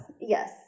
Yes